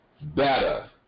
better